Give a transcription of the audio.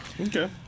okay